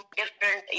different